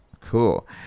Cool